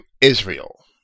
Israel